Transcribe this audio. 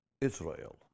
Israel